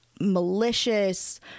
malicious